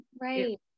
Right